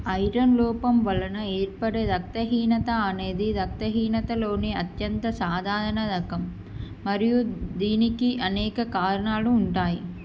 iron లోపం వలన ఏర్పడే రక్తహీనత అనేది రక్తహీనతలోని అత్యంత సాధారణ రకం మరియు దీనికి అనేక కారణాలు ఉంటాయి